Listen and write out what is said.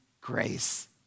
grace